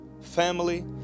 family